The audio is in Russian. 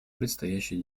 предстоящие